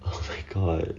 oh my god